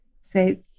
say